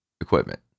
equipment